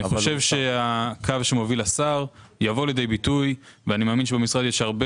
אני חושב שהקו שמוביל השר יבוא לידי ביטוי ואני מאמין שבמשרד יש הרבה